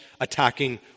attacking